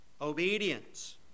Obedience